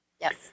Yes